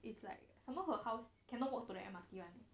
it's like some more who house cannot walk to the M_R_T [one] eh